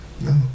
no